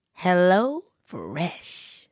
HelloFresh